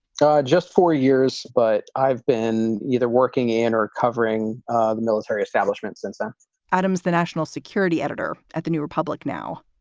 just four years. but i've been either working in or covering ah the military establishment since then adams, the national security editor at the new republic. now,